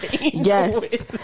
Yes